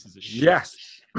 yes